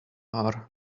are